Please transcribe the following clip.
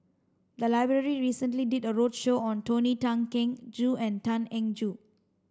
the library recently did a roadshow on Tony Tan Keng Joo and Tan Eng Joo